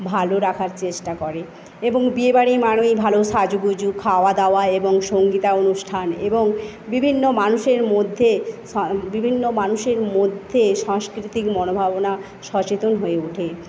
ভালো রাখার চেষ্টা করে এবং বিয়েবাড়ি মানেই ভালো সাজুগুজু খাওয়াদাওয়া এবং সঙ্গীতানুষ্ঠান এবং বিভিন্ন মানুষের মধ্যে বিভিন্ন মানুষের মধ্যে সংস্কৃতিক মনোভাবনা সচেতন হয়ে ওঠে